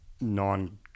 non-